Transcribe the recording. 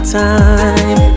time